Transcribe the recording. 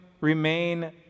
remain